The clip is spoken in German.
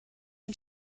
ein